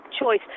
choice